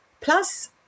Plus